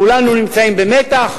כולנו נמצאים במתח,